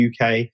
uk